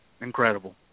Incredible